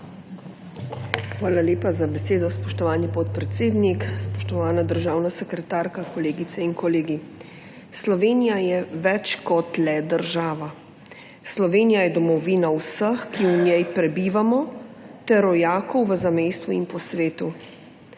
Hvala lepa za besedo. Spoštovani podpredsednik, spoštovana državna sekretarka, kolegice in kolegi! Slovenija je več kot le država. Slovenija je domovina vseh, ki v njej prebivamo ter rojakov v zamejstvu in po svetu.